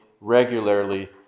regularly